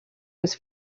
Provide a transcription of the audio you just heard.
was